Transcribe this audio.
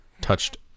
touched